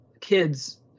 kids